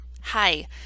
hi